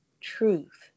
truth